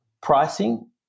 Pricing